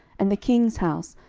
and the king's house,